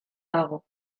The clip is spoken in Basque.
dago